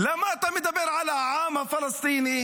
למה אתה מדבר על העם הפלסטיני?